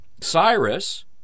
Cyrus